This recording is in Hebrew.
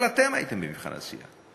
אבל אתם הייתם במבחן העשייה,